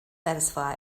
satisfy